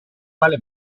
quale